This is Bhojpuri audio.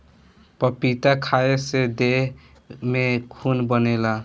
पपीता खाए से देह में खून बनेला